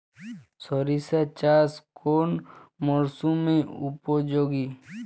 সরিষা চাষ কোন মরশুমে উপযোগী?